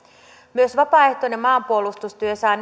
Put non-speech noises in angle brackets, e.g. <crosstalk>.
myös vapaaehtoinen maanpuolustustyö saa <unintelligible>